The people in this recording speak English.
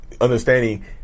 understanding